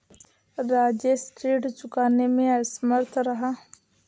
राजेश ऋण चुकाने में असमर्थ रहा